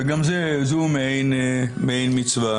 וגם זו מעין מצווה.